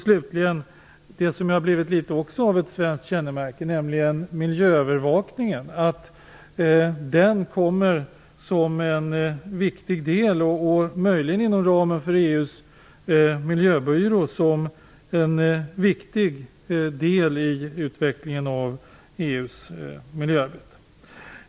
Slutligen det som också har blivit litet av ett svenskt kännemärke, nämligen miljöövervakningen. Det är angeläget att även den, möjligen inom ramen för EU:s miljöbyrå, blir en viktig del i utvecklingen av EU:s miljöarbete.